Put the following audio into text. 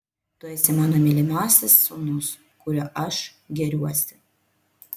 tu esi mano mylimasis sūnus kuriuo aš gėriuosi